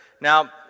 Now